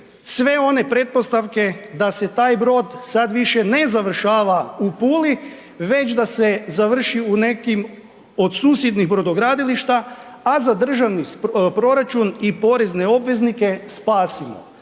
sve one pretpostavke da se taj broj sad više ne završava u Puli, već da se završi u nekim od susjednih brodogradilišta, a za državni proračun i porezne obveznike spasimo.